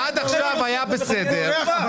עד עכשיו היה דיון טוב.